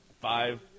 five